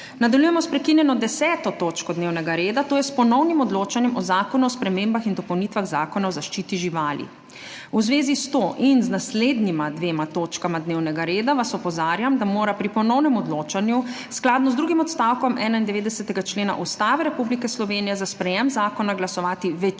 Nadaljujemo sprekinjeno 10. točko dnevnega reda, to je s Ponovnim odločanjem o Zakonu o spremembah in dopolnitvah Zakona o zaščiti živali. V zvezi s to in z naslednjima dvema točkama dnevnega reda vas opozarjam, da mora pri ponovnem odločanju skladno z drugim odstavkom 91. člena Ustave Republike Slovenije za sprejetje zakona glasovati večina